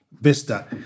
vista